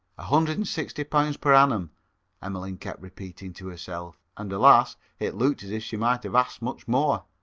a hundred and sixty pounds per annum emmeline kept repeating to herself. and, alas! it looked as if she might have asked much more.